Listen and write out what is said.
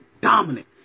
dominant